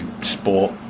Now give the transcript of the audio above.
sport